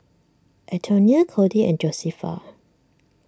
Antonia Kody and Josefa